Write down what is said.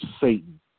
Satan